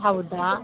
ಹೌದಾ